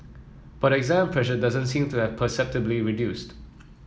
but exam pressure doesn't seem to have perceptibly reduced